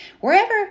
Wherever